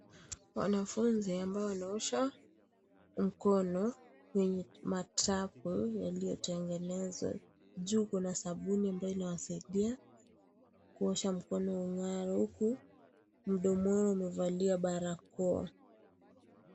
Wanafunzi ambao wanaosha mkono kwenye matapu yaliyotengenezwa juu kuna sabuni ambayo inawasaidia kuosha mkono ung'are huku mdomoni wamevalia barakoa.